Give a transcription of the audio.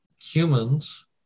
humans